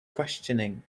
questioning